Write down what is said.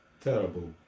Terrible